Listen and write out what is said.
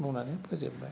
बुंनानै फोजोब्बाय